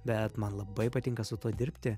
bet man labai patinka su tuo dirbti